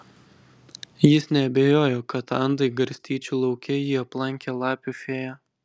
jis neabejojo kad andai garstyčių lauke jį aplankė lapių fėja